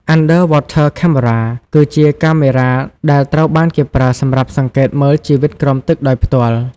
Underwater Cameras គឺជាកាមេរ៉ាទដែលត្រូវបានគេប្រើសម្រាប់សង្កេតមើលជីវិតក្រោមទឹកដោយផ្ទាល់។